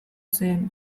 zen